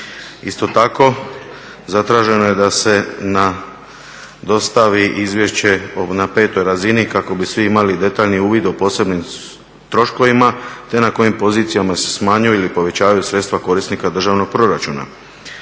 Isto tako zatraženo je da se dostavi izvješće na petoj razini kako bi svi imali detaljni uvid o posebnim troškovima, te na kojim pozicijama se smanjuju ili povećavaju sredstva korisnika državnog proračuna.